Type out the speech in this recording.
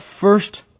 first